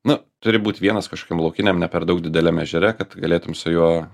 nu turi būt vienas kažkam laukiniam ne per daug dideliam ežere kad galėtum su juo